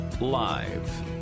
live